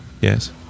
Yes